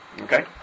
Okay